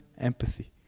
empathy